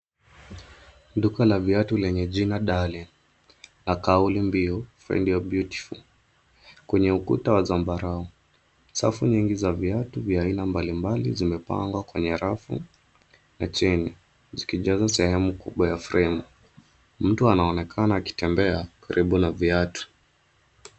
Duka la viatu lenye jina Darling , na kauli mbiu, find your beautiful . Kwenye ukuta wa zambarau. Safu nyingi za viatu vya aina mbalimbali zimepangwa kwenye rafu na chini, zikijaza sehemu kubwa ya frame . Mtu anaonekana akitembea karibu na viatu.